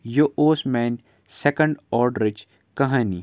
یہِ اوس میٛانہِ سٮ۪کَنٛڈ آڈرٕچ کہانی